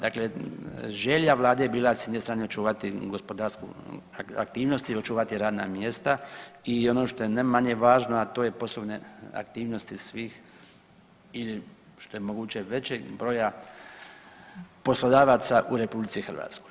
Dakle, želja Vlade je bila s jedne strane očuvati gospodarsku aktivnost i očuvati radna mjesta i ono što je ne manje važno a to je poslovne aktivnosti sitih ili što je mogućeg većeg broja poslodavaca u RH.